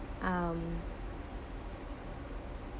um